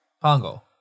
Pongo